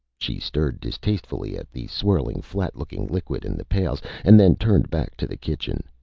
she stared distastefully at the swirling, flat-looking liquid in the pails and then turned back to the kitchen.